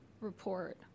report